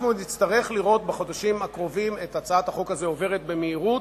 אנחנו נצטרך לראות בחודשים הקרובים את הצעת החוק הזאת עוברת במהירות